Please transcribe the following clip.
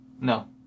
No